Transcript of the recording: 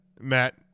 Matt